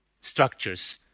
structures